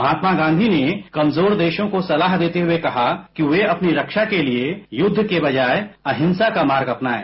महात्मा गांधी ने कमजोर देशों को सलाह देते हुए कहा कि वे अपनी रक्षा के लिए युद्ध के बजाय अहिंसा का मार्ग अपनायें